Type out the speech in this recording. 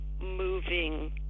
moving